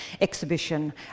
exhibition